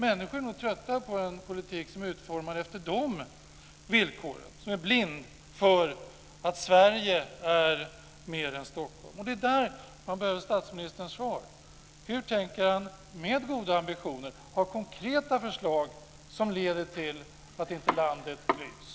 Människor är nog trötta på en politik som är utformad efter de villkoren och är blind för att Sverige är mer än Stockholm. Det är där man behöver statsministerns svar. Hur tänker han, med goda ambitioner, ha konkreta förslag som leder till att inte landets klyvs?